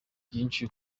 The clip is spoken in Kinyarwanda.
byinshi